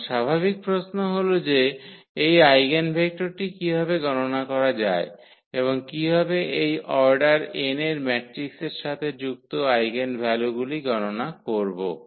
এখন স্বাভাবিক প্রশ্ন হল যে এই আইগেনভেক্টরটি কীভাবে গণনা করা যায় এবং কীভাবে এই অর্ডার n এর ম্যাট্রিক্সের সাথে যুক্ত আইগেনভ্যালুগুলি গণনা করব